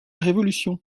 révolution